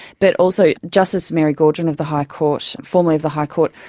but also justice mary gaudron of the high court, formerly of the high court,